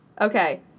Okay